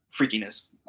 freakiness